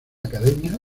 academia